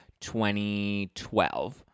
2012